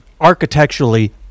architecturally